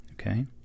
Okay